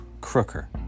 Crooker